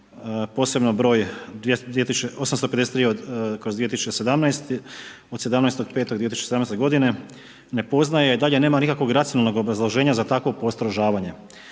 posebno broj 853/2017 od 17. 05. 2017. godine ne poznaje i dalje nema nikakvog racionalnog obrazloženja za tako postrožavanje.